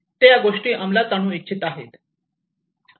ते या गोष्टी अंमलात आणू इच्छित आहेत